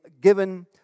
given